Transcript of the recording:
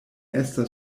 estas